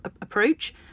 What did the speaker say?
approach